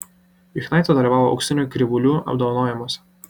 juchnaitė dalyvavo auksinių krivūlių apdovanojimuose